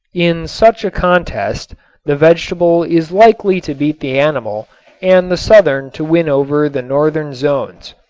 in such a contest the vegetable is likely to beat the animal and the southern to win over the northern zones.